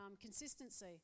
consistency